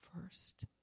first